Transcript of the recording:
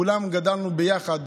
כולנו גדלנו ביחד.